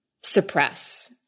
suppress